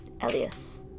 Elias